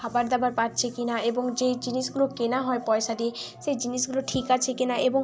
খাবার দাবার পাচ্ছে কি না এবং যেই জিনিসগুলো কেনা হয় পয়সা দিয়ে সেই জিনিসগুলো ঠিক আছে কি না এবং